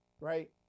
right